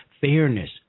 fairness